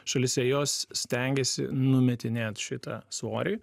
šalyse jos stengiasi numetinėt šitą svorį